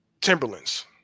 Timberlands